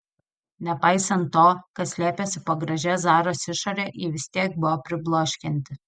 nepaisant to kas slėpėsi po gražia zaros išore ji vis tiek buvo pribloškianti